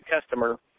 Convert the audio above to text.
customer